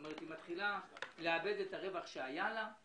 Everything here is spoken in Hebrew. היא מתחילה לאבד את הרווח שהיה לה.